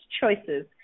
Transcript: choices